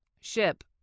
ship